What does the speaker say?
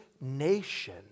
nation